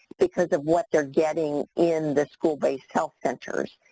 because of what they're getting in the school-based health centers.